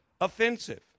offensive